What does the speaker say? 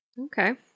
Okay